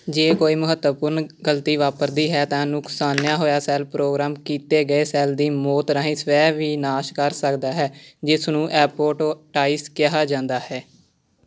ਜੇ ਕੋਈ ਮਹੱਤਵਪੂਰਨ ਗਲਤੀ ਵਾਪਰਦੀ ਹੈ ਤਾਂ ਨੁਕਸਾਨਿਆ ਹੋਇਆ ਸੈੱਲ ਪ੍ਰੋਗਰਾਮ ਕੀਤੇ ਗਏ ਸੈੱਲ ਦੀ ਮੌਤ ਰਾਹੀਂ ਸਵੈ ਵਿਨਾਸ਼ ਕਰ ਸਕਦਾ ਹੈ ਜਿਸ ਨੂੰ ਐਪੋਟੋਟਾਈਸ ਕਿਹਾ ਜਾਂਦਾ ਹੈ